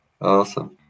Awesome